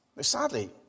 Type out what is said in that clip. Sadly